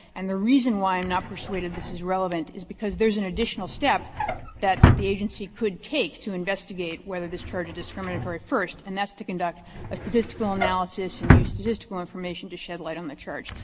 and the reason why i'm not persuaded this is relevant is because there's an additional step that the agency could take to investigate whether this charge of discriminatory first, and that's to conduct a statistical analysis and use statistical information to shed light on the charge.